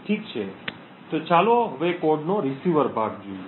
ઠીક છે તો ચાલો હવે કોડનો રીસીવર ભાગ જોઈએ